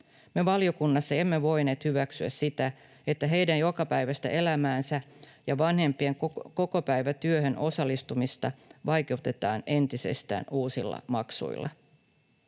Me valiokunnassa emme voineet hyväksyä sitä, että heidän jokapäiväistä elämäänsä ja vanhempien kokopäivätyöhön osallistumista vaikeutetaan entisestään uusilla maksuilla.